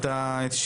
צהרים טובים.